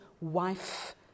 wife